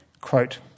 Quote